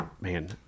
Man